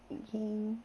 okay